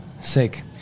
Sick